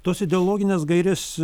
tos ideologines gairės